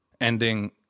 ending